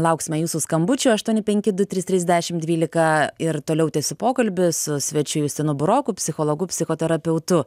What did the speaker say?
lauksime jūsų skambučių aštuoni penki du trys trys dešim dvylika ir toliau tęsiu pokalbį su svečiu justinu buroku psichologu psichoterapeutu